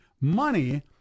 money